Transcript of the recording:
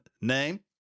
name